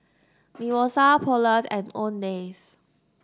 Mimosa Poulet and Owndays